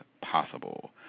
possible